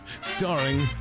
starring